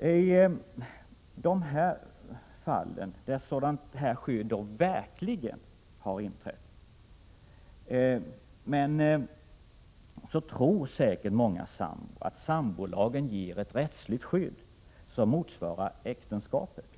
I de fall där sådant skydd verkligen föreligger tror säkert många sambor att sambolagen ger ett rättsligt skydd som motsvarar äktenskapets.